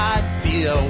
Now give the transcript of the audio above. idea